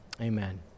amen